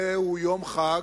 זהו יום חג,